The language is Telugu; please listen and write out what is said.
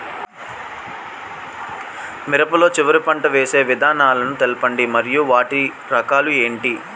మిరప లో చివర పంట వేసి విధానాలను తెలపండి మరియు వాటి రకాలు ఏంటి